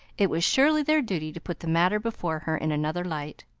it was surely their duty to put the matter before her in another light.